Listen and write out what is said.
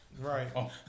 right